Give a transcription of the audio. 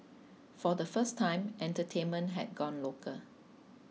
for the first time entertainment had gone local